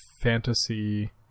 fantasy